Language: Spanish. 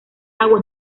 agua